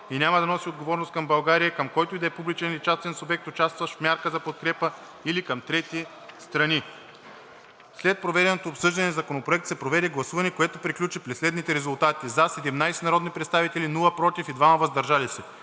и няма да носи отговорност към България, към който и да е публичен или частен субект, участващ в мярка за подкрепа, или към трети страни. След проведеното обсъждане на Законопроекта се проведе гласуване, което приключи при следните резултати: „за“ – 17 народни представители, без „против“ и „въздържал се“